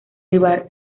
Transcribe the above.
rival